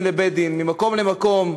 מבית-דין לבית-דין, ממקום למקום,